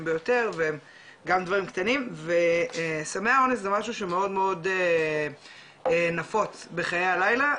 ביותר וגם דברים קטנים וסמי האונס זה משהו שמאוד נפוץ בחיי הלילה,